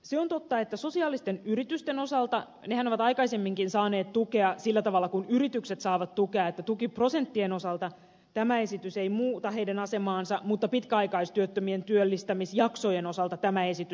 se on totta että sosiaalisten yritysten osalta nehän ovat aikaisemminkin saaneet tukea sillä tavalla kuin yritykset saavat tukea tämä esitys ei muuta niiden asemaa tukiprosenttien osalta mutta pitkäaikaistyöttömien työllistämisjaksojen osalta tämä esitys muuttaa